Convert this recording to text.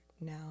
now